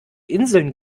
inseln